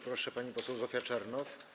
Proszę, pani poseł Zofia Czernow.